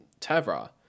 Tavra